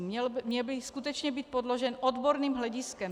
Měl by skutečně být podložen odborným hlediskem.